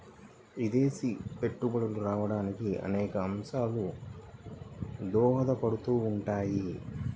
విదేశీ పెట్టుబడులు రావడానికి అనేక అంశాలు దోహదపడుతుంటాయి